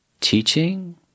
teaching